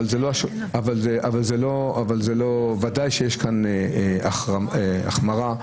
אבל בוודאי שיש כאן הרחבה.